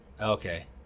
okay